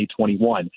2021